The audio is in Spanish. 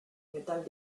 metal